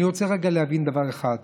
אני רוצה רגע להבין דבר אחד: